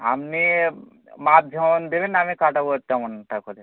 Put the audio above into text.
আমনি মাপ ঝেমন দেবেন আমি কাটাবো তেমনটা করে